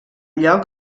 lloc